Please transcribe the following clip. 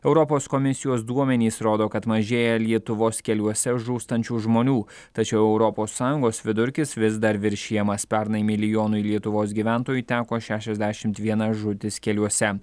europos komisijos duomenys rodo kad mažėja lietuvos keliuose žūstančių žmonių tačiau europos sąjungos vidurkis vis dar viršijamas pernai milijonui lietuvos gyventojų teko šešiasdešimt viena žūtis keliuose